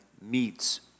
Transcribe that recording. meets